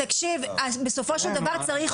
תקשיב, אז בסופו של דבר צריך